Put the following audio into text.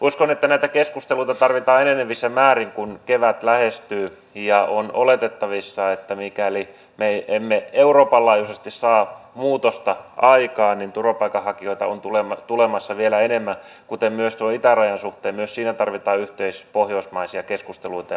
uskon että näitä keskusteluita tarvitaan enenevässä määrin kun kevät lähestyy ja on oletettavissa että mikäli me emme euroopan laajuisesti saa muutosta aikaan niin turvapaikanhakijoita on tulemassa vielä enemmän kuten myös itärajan suhteen myös siinä tarvitaan yhteispohjoismaisia keskusteluita ja ponnisteluita